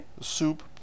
soup